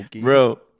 Bro